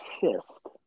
fist